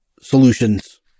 solutions